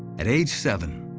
at age seven,